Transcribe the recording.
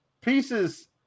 Pieces